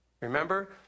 Remember